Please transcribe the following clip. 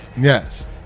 Yes